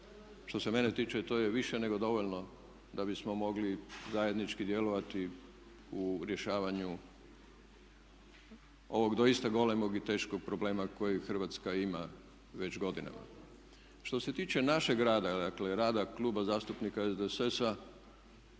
što se mene tiče to je više nego dovoljno da bismo mogli zajednički djelovati u rješavanju ovog doista golemog i teškog problema koji Hrvatska ima već godinama. Što se tiče našeg rada, dakle rada Kluba zastupnika SDSS-a